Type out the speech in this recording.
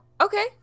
Okay